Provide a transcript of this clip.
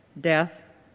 death